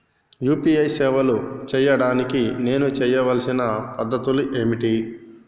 UPI సేవలు చేయడానికి నేను చేయవలసిన పద్ధతులు ఏమిటి?